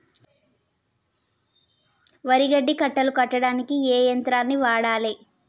వరి గడ్డి కట్టలు కట్టడానికి ఏ యంత్రాన్ని వాడాలే?